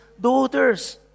daughters